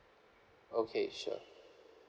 okay sure